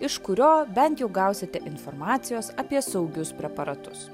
iš kurio bent jau gausite informacijos apie saugius preparatus